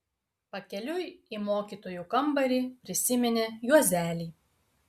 pakeliui į mokytojų kambarį prisiminė juozelį